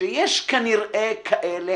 שיש כנראה עדיין כאלה,